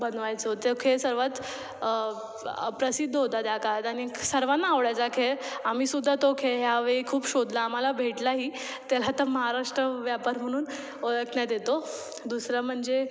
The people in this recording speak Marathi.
बनवायचो तो खेळ सर्वात प्रसिद्ध होता त्या काळात आणि सर्वांना आवडायचा हा खेळ आम्हीसुद्धा तो खेळ यावेळी खूप शोधला आम्हाला भेटलाही त्याला आता महाराष्ट्र व्यापार म्हणून ओळखण्यात येतो दुसरं म्हणजे